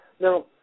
Now